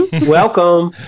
Welcome